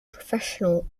professionals